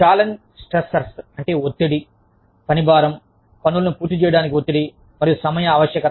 challenge stressors అంటే ఒత్తిడి పనిభారం పనులను పూర్తి చేయడానికి ఒత్తిడి మరియు సమయ ఆవశ్యకత